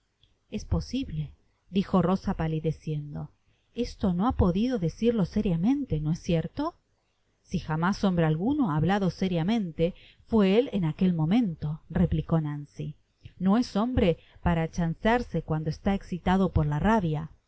es posible dijo rosa palideciendo esto no ha podido decirlo seriamente no es cierto w i jamás hombre alguno ha hablado sériamente fué él en aquel momentoreplicó nancy no es hombre para chancearse cuando está excitado por la rabia